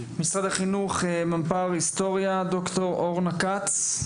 משרד החינוך, מפמ"ר היסטוריה, ד"ר אורנה כץ.